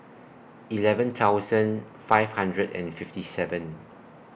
eleven thousand five hundred and fifty seven